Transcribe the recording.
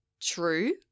true